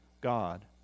God